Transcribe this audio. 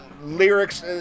lyrics